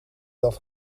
dat